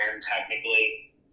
technically